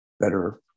better